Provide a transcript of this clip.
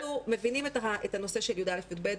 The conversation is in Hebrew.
אנחנו מבינים את הנושא של י"א-י"ב,